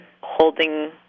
holding